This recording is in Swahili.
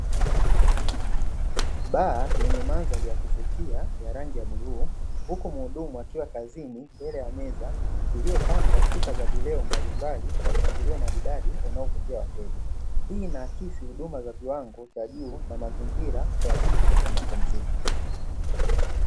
Baa yenye mandhari yakuvutia rangi ya bluu huku muhudumu akiwa kazini mbele ya meza, iliyopangwa chupa za vileo mbalimbali kwa mpangilio maridadi unaovutia wateja, hii inaakisi huduma za viwango vya juu na mazingira rafiki ya mapumziko.